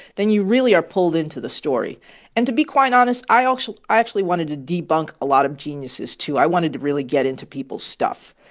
then you really are pulled into the story and to be quite honest, i actually i actually wanted to debunk a lot of geniuses, too. i wanted to really get into people's stuff.